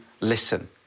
listen